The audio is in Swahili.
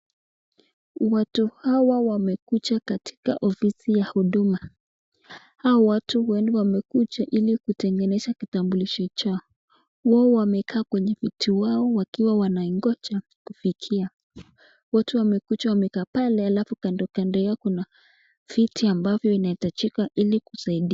Watu hawa wamekuja katika ofisi ya huduma, hawa watu huenda wamekuja ili kutengeneza kitambulisho chao, wao wamekaa kwenye viti yao wakiwa wanangoja kufikiwa, wote wamekuja wamekaa pale halafu kando kando yao kuna viti ambavyo inahitajika ili kusaidia.